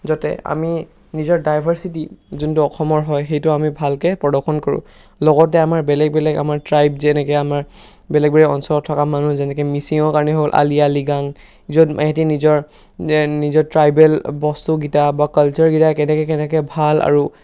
যাতে আমি নিজৰ ডাইভাৰ্ছিটি যোনটো অসমৰ হয় সেইটো আমি ভালকে প্ৰদৰ্শন কৰোঁ লগতে আমাৰ বেলেগ বেলেগ আমাৰ ট্ৰাইব যেনেকৈ আমাৰ বেলেগ বেলেগ অঞ্চলত থকা মানুহ যেনেকৈ মিচিঙৰ কাৰণে হ'ল আলি আই লৃগাং য'ত সিহঁতি নিজৰ নিজৰ ট্ৰাইবেল বস্তুকেইটা বা কালচাৰকেইটা কেনেকৈ কেনেকৈ ভাল আৰু